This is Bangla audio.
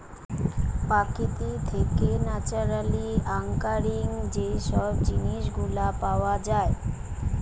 প্রকৃতি থেকে ন্যাচারালি অকারিং যে সব জিনিস গুলা পাওয়া যায়